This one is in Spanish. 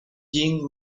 jin